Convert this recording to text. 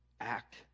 act